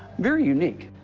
very unique.